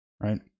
right